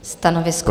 Stanovisko?